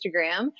Instagram